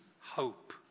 hope